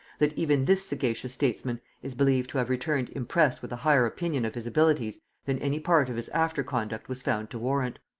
that even this sagacious statesman is believed to have returned impressed with a higher opinion of his abilities than any part of his after conduct was found to warrant.